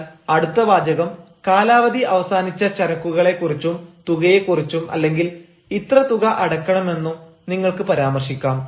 എന്നാൽ അടുത്ത വാചകം കാലാവധി അവസാനിച്ച ചരക്കുകളെ കുറിച്ചും തുകയെ കുറിച്ചും അല്ലെങ്കിൽ ഇത്ര തുക അടക്കണമെന്നും നിങ്ങൾക്ക് പരാമർശിക്കാം